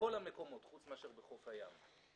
בכל המקומות פרט לחוף הים.